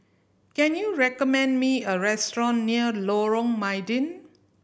can you recommend me a restaurant near Lorong Mydin